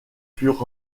furent